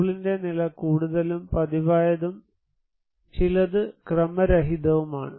സ്കൂളിന്റെ നില കൂടുതലും പതിവായതും ചിലത് ക്രമരഹിതവുമാണ്